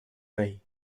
rey